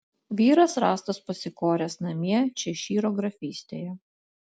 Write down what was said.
vyras rastas pasikoręs namie češyro grafystėje